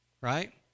right